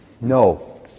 No